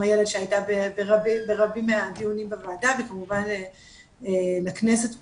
שהייתה ברבים מהדיונים בוועדה וכמובן לכנסת פה,